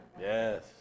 Yes